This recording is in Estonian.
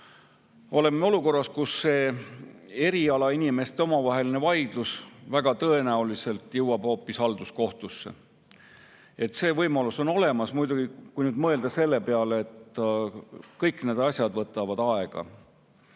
oleme olukorras, kus see erialainimeste omavaheline vaidlus väga tõenäoliselt jõuab hoopis halduskohtusse. See võimalus on olemas. Muidugi [tasub] mõelda selle peale, et kõik need asjad võtavad aega.